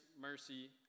mercy